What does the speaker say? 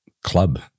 club